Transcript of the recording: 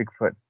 Bigfoot